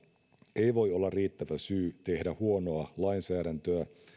ei voi olla riittävä syy tehdä huonoa lainsäädäntöä